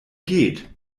geht